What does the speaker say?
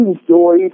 enjoy